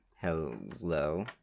Hello